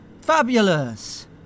Fabulous